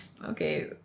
Okay